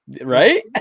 right